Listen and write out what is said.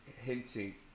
hinting